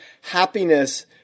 happiness